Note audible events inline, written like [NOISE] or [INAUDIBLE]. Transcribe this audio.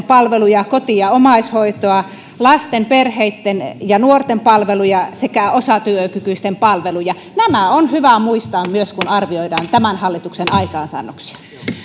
[UNINTELLIGIBLE] palveluja koti ja omaishoitoa lasten perheitten ja nuorten palveluja sekä osatyökykyisten palveluja myös nämä on hyvä muistaa kun arvioidaan tämän hallituksen aikaansaannoksia